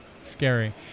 scary